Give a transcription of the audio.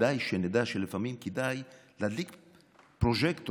כדאי שנדע שלפעמים כדאי להדליק פרוז'קטור.